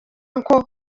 uncle